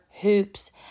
hoops